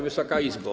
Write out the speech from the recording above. Wysoka Izbo!